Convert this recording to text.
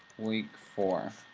week four.